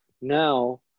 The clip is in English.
now